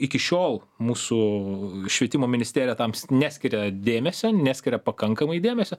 iki šiol mūsų švietimo ministerija tam neskiria dėmesio neskiria pakankamai dėmesio